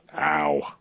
Ow